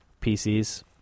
PCs